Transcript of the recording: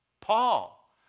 Paul